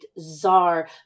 czar